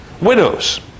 widows